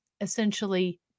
essentially